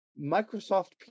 microsoft